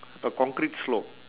a concrete slope